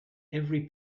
every